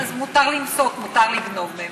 אז מותר למסוק, מותר לגנוב מהם.